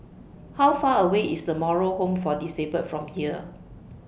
How Far away IS The Moral Home For Disabled from here